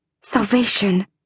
Salvation